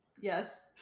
yes